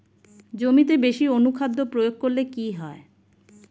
জমিতে বেশি অনুখাদ্য প্রয়োগ করলে কি হয়?